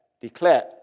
Declared